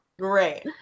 great